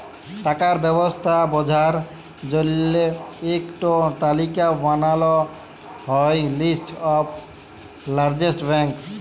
টাকার ব্যবস্থা বঝার জল্য ইক টো তালিকা বানাল হ্যয় লিস্ট অফ লার্জেস্ট ব্যাঙ্ক